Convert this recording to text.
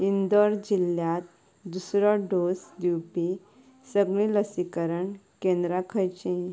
इन्दौर जिल्ल्यांत दुसरो डोस दिवपी सगळीं लसीकरण केंद्रां खंयचीं